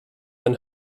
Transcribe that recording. ein